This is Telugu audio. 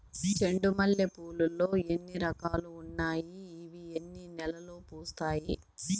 చెండు మల్లె పూలు లో ఎన్ని రకాలు ఉన్నాయి ఇవి ఎన్ని నెలలు పూస్తాయి